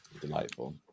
Delightful